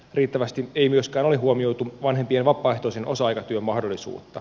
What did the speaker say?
riittävästi ei myöskään ole huomioitu vanhempien vapaaehtoisen osa aikatyön mahdollisuutta